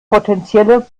potenzielle